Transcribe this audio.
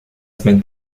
semaine